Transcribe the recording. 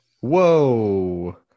Whoa